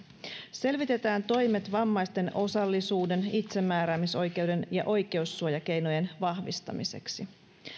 selvitetään toimet vammaisten osallisuuden itsemääräämisoikeuden ja oikeussuojakeinojen vahvistamiseksi